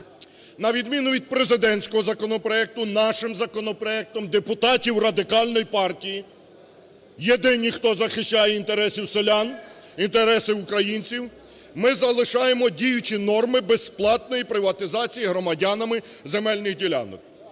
На відміну від президентського законопроекту, нашим законопроектом депутатів Радикальної партії, єдині, хто захищає інтереси селян, інтереси українців, ми залишаємо діючі норми безплатної приватизації громадянами земельних ділянок.